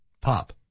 Pop